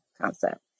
concept